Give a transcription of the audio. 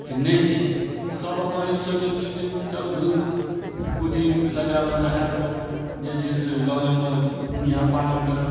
के नहि छै सब अपन ई सोचय छी जे चल दू पूँजी लगायब एना हैब जे छै से गाँवेमे यहाँ पालन करब